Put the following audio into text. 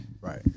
Right